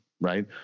right